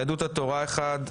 יהדות התורה אחד,